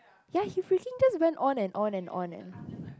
ya he freaking just went on and on and on eh